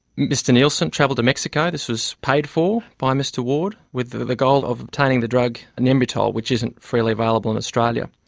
mr nielsen travelled to mexico, this was paid for by mr ward, with the the goal of obtaining the drug nembutal which isn't freely available in australia.